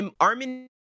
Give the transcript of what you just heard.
Armin